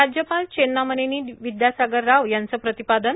राज्यपाल चेन्नामनेनी विद्यासागर राव यांचं प्रतिपादन